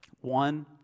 One